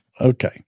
okay